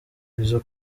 izo